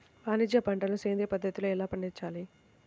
వాణిజ్య పంటలు సేంద్రియ పద్ధతిలో ఎలా పండించాలి?